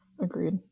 agreed